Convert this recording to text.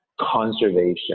conservation